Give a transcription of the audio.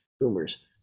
boomers